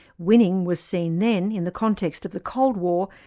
winning was seen then, in the context of the cold war,